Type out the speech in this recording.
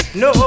no